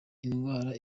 indwara